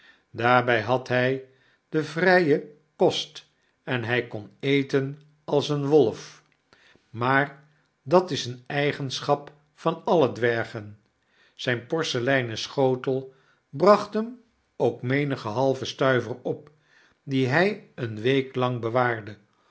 daarby had hy den vryen kost en hy kon efcen als een wolf maar dat is eene eigenschap van alle dwergen zyn porseleinen schotel bracht hem ook menigen halven stuiver op die hy eene week lang bewaarde